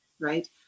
right